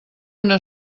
una